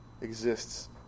exists